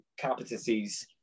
competencies